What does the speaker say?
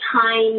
time